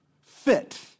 fit